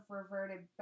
reverted